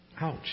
Ouch